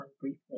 briefly